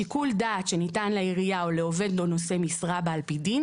שיקול דעת שניתן לעירייה או לעובד או נושא משרה בה על פי דין,